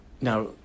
Now